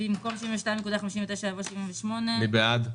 במקום 72.59 יבוא 75. מי בעד?